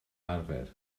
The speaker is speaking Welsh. arfer